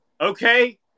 okay